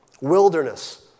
wilderness